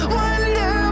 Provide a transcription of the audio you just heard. wonder